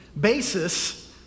basis